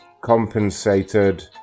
compensated